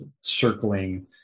circling